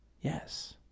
yes